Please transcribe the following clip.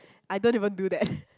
I don't even do that